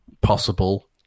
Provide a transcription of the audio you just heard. possible